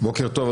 בוקר טוב,